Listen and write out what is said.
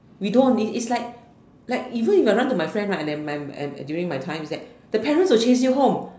we don't is is like like even if I run to my friend right and and and during my time is that the parent will chase you home